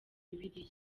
bibiliya